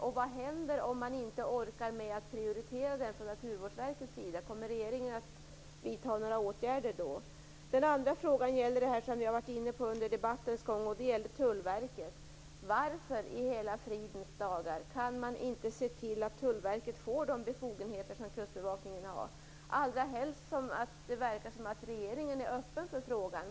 Och vad händer om man inte orkar prioritera detta från Naturvårdsverkets sida? Kommer regeringen att vidta några åtgärder då? En annan fråga gäller det vi har varit inne på under debattens gång, nämligen Tullverket. Varför i hela fridens dagar kan man inte se till att Tullverket får de befogenheter som Kustbevakningen har, allrahelst som det verkar som om regeringen är öppen för frågan?